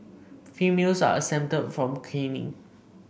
females are exempted from caning